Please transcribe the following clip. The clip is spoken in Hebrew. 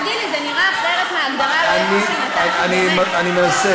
תגיד לי, זה נראה אחרת מההגדרה הלא-יפה שנתתי?